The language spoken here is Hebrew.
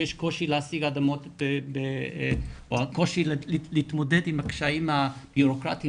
שיש קושי להשיג אדמות או הקושי להתמודד עם הקשיים הביורוקרטיים,